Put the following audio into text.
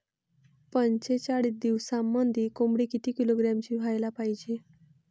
पंचेचाळीस दिवसामंदी कोंबडी किती किलोग्रॅमची व्हायले पाहीजे?